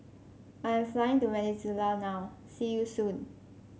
I am flying to Venezuela now see you soon